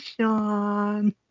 Sean